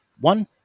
One